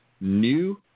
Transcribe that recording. new